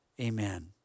Amen